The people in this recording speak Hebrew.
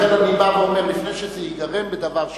לכן אני בא ואומר שלפני שזה ייגמר בדבר,